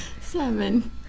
Seven